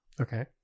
Okay